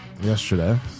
yesterday